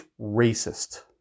racist